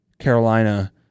Carolina